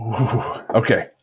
Okay